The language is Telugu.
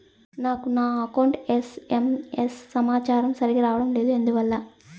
నాకు నా అకౌంట్ ఎస్.ఎం.ఎస్ సమాచారము సరిగ్గా రావడం లేదు ఎందువల్ల?